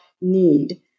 need